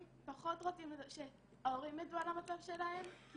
פחות רוצים שההורים ידעו על המצב שלהם,